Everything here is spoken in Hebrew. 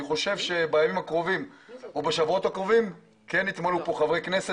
אני חושב שבשבועות הקרובים כן נראה פה יותר חברי כנסת